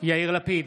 יאיר לפיד,